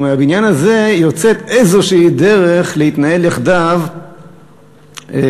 ומהבניין הזה יוצאת איזושהי דרך להתנהל יחדיו ללא,